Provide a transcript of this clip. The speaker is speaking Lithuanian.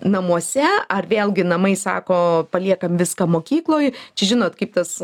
namuose ar vėlgi namai sako paliekam viską mokykloj čia žinot kaip tas